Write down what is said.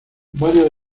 varias